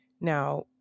Now